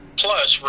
plus